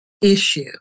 issue